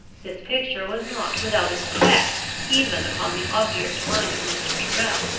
this picture was not without its effect, even upon the obdurate mind of mr. tyrrel